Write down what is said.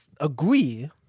agree